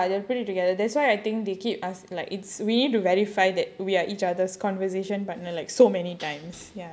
ya they'll put it together that's why I think they keep ask like it's we need to verify that we are each other's conversation partner like so many times ya